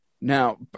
Now